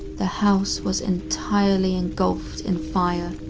the house was entirely engulfed in fire,